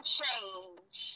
change